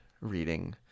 reading